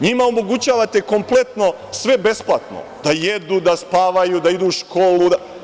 NJima omogućavate kompletno sve besplatno – da jedu, da spavaju, da idu u školu.